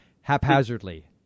haphazardly